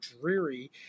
dreary